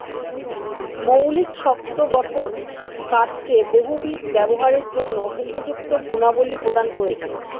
মৌলিক শক্ত গঠন কাঠকে বহুবিধ ব্যবহারের জন্য উপযুক্ত গুণাবলী প্রদান করেছে